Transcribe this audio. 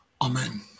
Amen